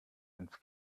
ins